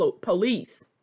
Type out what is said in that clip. police